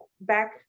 back